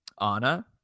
anna